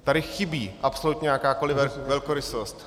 Tady chybí absolutně jakákoliv velkorysost.